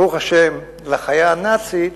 ברוך השם, לחיה הנאצית,